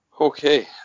Okay